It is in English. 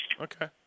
okay